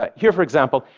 ah here, for example,